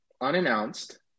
unannounced